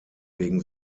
wegen